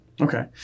okay